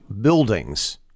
buildings